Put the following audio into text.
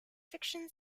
fiction